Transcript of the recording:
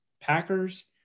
Packers